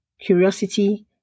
curiosity